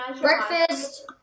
Breakfast